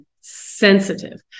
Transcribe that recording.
sensitive